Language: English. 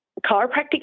chiropractic